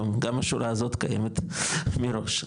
גם השורה הזאת קיימת מראש,